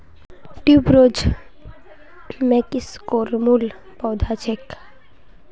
tuberose मेक्सिकोर मूल पौधा छेक